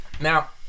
Now